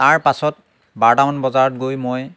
তাৰপাছত বাৰটামান বজাত গৈ মই